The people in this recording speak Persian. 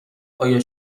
آیا